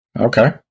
Okay